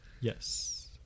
Yes